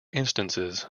instances